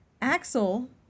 Axel